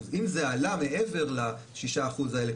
אם זה עלה מעבר ל-6% האלה,